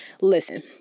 Listen